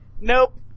Nope